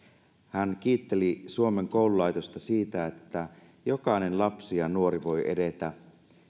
hän kiitteli suomen koululaitosta siitä että jokainen lapsi ja nuori voi edetä